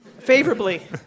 Favorably